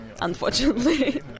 unfortunately